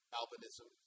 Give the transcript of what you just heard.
albinism